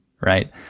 right